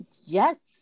yes